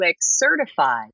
certified